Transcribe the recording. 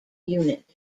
unit